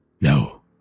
No